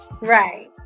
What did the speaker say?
right